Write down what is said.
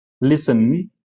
listen